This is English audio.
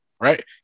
Right